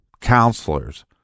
counselors